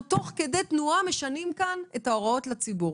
אנחנו תוך כדי תנועה משנים כאן את ההוראות לציבור.